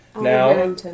now